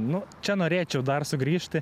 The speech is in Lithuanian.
nu čia norėčiau dar sugrįžti